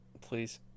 please